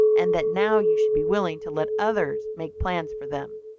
and that now you should be willing to let others make plans for them.